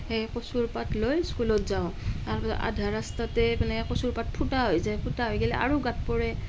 সেই কচুৰ পাত লৈ স্কুলত যাওঁ তাৰ পাছত আধা ৰাস্তাতে মানে কচুৰ পাত ফুটা হৈ যায় ফুটা হৈ গ'লে আৰু গাত পৰে